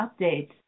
updates